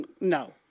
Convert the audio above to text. No